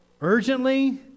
urgently